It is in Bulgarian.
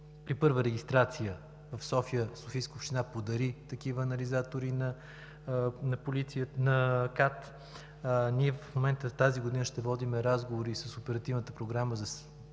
при първа регистрация в София – Софийска община подари такива анализатори на КАТ. Тази година ще водим разговори и с Оперативната програма